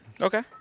Okay